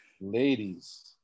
ladies